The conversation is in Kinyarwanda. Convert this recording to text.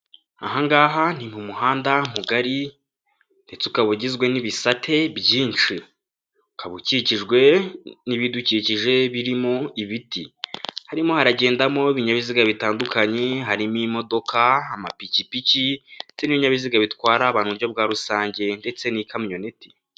Aha ngaha ni mu muhanda mugari ndetse ukaba ugizwe n'ibisate byinshi, ukaba ukikijwe n'ibidukikije birimo ibiti, harimo haragendamo ibinyabiziga bitandukanye, harimo imodoka, amapikipiki ndetse n'ibinyabiziga bitwara abantu mu buryo bwa rusange ndetse n'ikamyoneti.